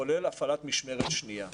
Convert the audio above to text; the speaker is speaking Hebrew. כולל הפעלת משמרת שנייה.